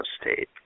state